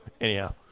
anyhow